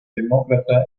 demócrata